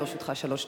לרשותך שלוש דקות.